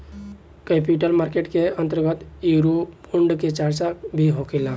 capital market के अंतर्गत eurobond के चार्चा भी होखेला